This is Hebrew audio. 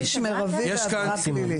זה עונש מרבי ועבירה פלילית.